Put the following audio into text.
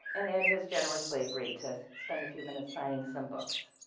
and ed has generously agreed to spend a few minutes signing some books.